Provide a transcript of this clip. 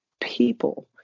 people